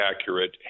accurate